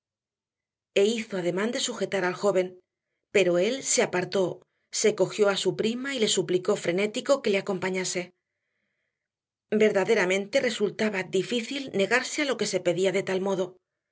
hizo ademán de sujetar al joven pero él se apartó se cogió a su prima y le suplicó frenético que le acompañase verdaderamente resultaba difícil negarse a lo que se pedía de tal modo